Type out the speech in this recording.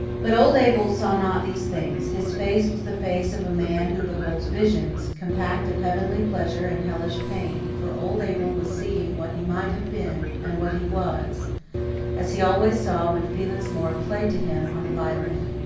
but old abel saw not these things his face was the face of a man who beholds visions, compact of heavenly pleasure and hellish pain, for old abel was seeing what he might have been and what he was as he always saw when felix moore played to him on the violin.